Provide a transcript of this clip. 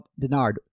Denard